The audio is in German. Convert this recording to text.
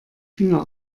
finger